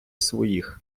своїх